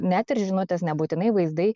net ir žinutės nebūtinai vaizdai